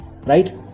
right